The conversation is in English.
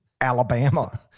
Alabama